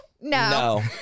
no